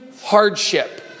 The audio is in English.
hardship